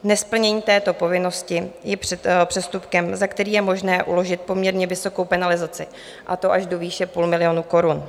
Nesplnění této povinnosti je přestupkem, za který je možné uložit poměrně vysokou penalizaci, a to až do výše půl milionu korun.